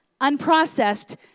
unprocessed